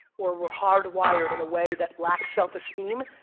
or were hard-wired in a way that lacked self-esteem,